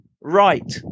right